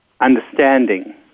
understanding